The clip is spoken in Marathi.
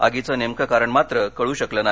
आगीचं नेमके कारण मात्र कळू शकले नाही